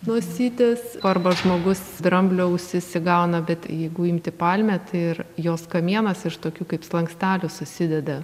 nosytes arba žmogus dramblio ausis įgauna bet jeigu imti palmę tai ir jos kamienas iš tokių kaip slankstelių susideda